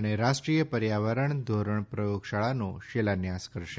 અને રાષ્ટ્રીય પર્યાવરણીય ધોરણ પ્રયોગશાળાનો શિલાન્યાસ કરશે